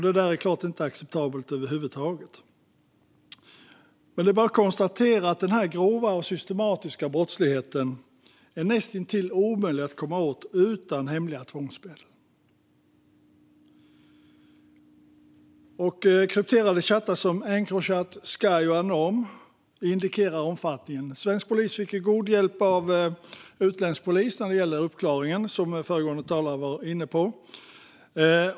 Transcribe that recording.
Det är såklart inte acceptabelt över huvud taget. Det är bara att konstatera att den grova och systematiska brottsligheten är näst intill omöjlig att komma åt utan hemliga tvångsmedel. Krypterade chattar som Encrochat, Sky och Anom indikerar omfattningen. Svensk polis fick god hjälp av utländsk polis när det gällde uppklaringen, som föregående talare var inne på.